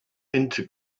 into